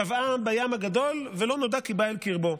טבעה בים הגדול, ולא נודע כי בא אל קרבו.